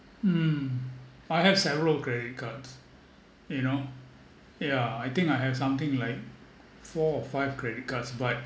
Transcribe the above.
hmm I have several credit cards you know yeah I think I have something like four or five credit cards but